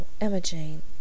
Emma-Jane